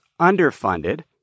underfunded